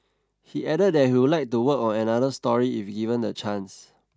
he added that he would like to work on another story if given the chance